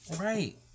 right